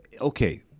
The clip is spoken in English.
Okay